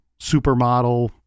supermodel